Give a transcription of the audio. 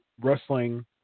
wrestling